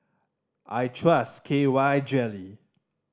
I trust K Y Jelly